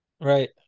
Right